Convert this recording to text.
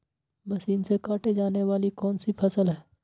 Machine से काटे जाने वाली कौन सी फसल है?